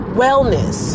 wellness